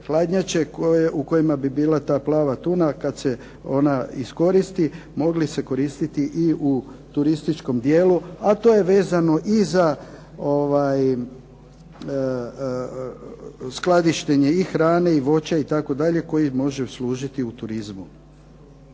hladnjače u kojima bi bila ta plava tuna kad se ona iskoristi mogli se koristiti i u turističkom dijelu, a to je vezano i za skladištenje i hrane i voća itd., koji može služiti u turizmu.